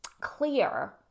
clear